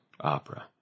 opera